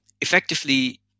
effectively